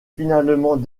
finalement